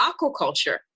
aquaculture